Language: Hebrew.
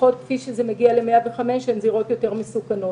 לפחות כפי שזה מגיע ל-105, הן זירות יותר מסוכנות.